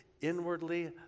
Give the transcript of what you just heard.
inwardly